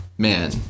Man